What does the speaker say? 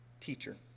Teacher